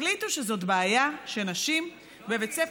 החליטו שזאת בעיה שנשים בבית ספר,